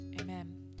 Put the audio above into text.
Amen